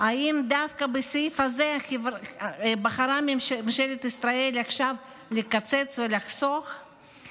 האם דווקא בסעיף הזה בחרה ממשלת ישראל לקצץ ולחסוך עכשיו?